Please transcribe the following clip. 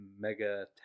Mega